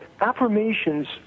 affirmations